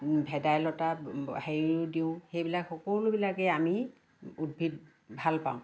ভেদাইলতা হেৰিও দিওঁ সেইবিলাক সকলোবিলাকেই আমি উদ্ভিদ ভাল পাওঁ